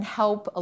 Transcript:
help